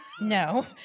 No